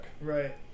Right